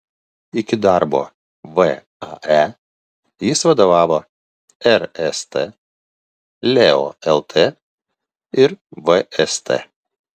iki darbo vae jis vadovavo rst leo lt ir vst